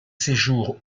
séjours